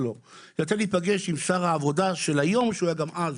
יצא לי להיפגש עם שר הרווחה של היום שהיה גם אז